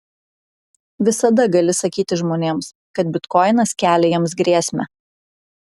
visada gali sakyti žmonėms kad bitkoinas kelia jiems grėsmę